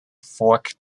forked